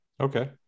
Okay